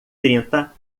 trinta